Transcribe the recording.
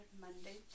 Monday